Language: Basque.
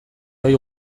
ohi